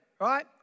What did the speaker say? right